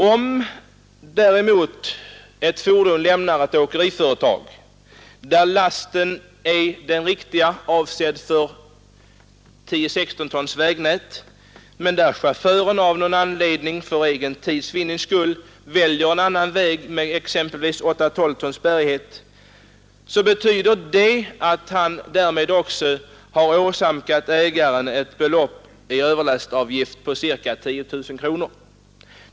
Om däremot ett fordon lämnar åkeriföretaget med den riktiga lasten, avsedd för 10 12 tons bärighet, så åsamkar chauffören bilägaren en överlastavgift på ca 10 000 kronor.